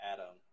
Adam